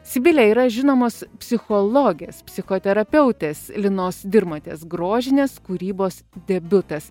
sibilė yra žinomos psichologės psichoterapeutės linos dirmotės grožinės kūrybos debiutas